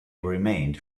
remained